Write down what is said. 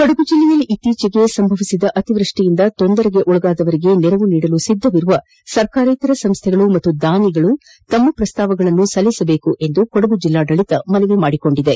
ಕೊಡಗು ಜಿಲ್ಲೆಯಲ್ಲಿ ಇತ್ತೀಚೆಗೆ ಸಂಭವಿಸಿದ ಅತಿವೃಷ್ಟಿಯಿಂದ ತೊಂದರೆಗೆ ಒಳಗಾದವರಿಗೆ ನೆರವು ನೀಡಲು ಸಿದ್ದವಿರುವ ಸರ್ಕಾರೇತರ ಸಂಸ್ಟೆಗಳು ಹಾಗೂ ದಾನಿಗಳು ತಮ್ಮ ಪ್ರಸ್ತಾವನೆಗಳನ್ನು ಸಲ್ಲಿಸುವಂತೆ ಕೊಡಗು ಜಿಲ್ಲಾಡಳಿತ ಮನವಿ ಮಾಡಿದೆ